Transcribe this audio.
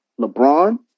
LeBron